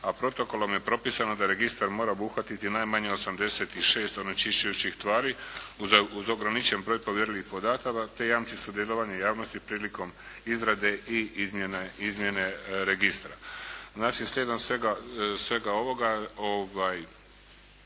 a protokolom je propisano da registar mora obuhvatiti najmanje 86 onečišćujućih tvari uz ograničen broj povjerljivih podataka, te jamči sudjelovanje javnosti prilikom izrade i izmjene registra. Znači, slijedom svega ovoga